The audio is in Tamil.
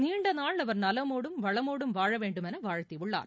நீண்டநாள் அவர் நலமோடும் வளமோடும் வாழ வேண்டும் என வாழ்த்தியுள்ளார்